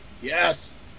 Yes